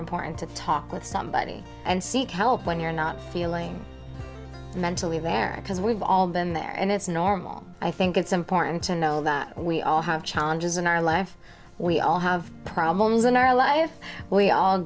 important to talk with somebody and seek help when you're not feeling mentally there because we've all been there and it's normal i think it's important to know that we all have challenges in our life we all have problems in our life we all